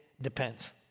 depends